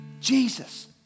Jesus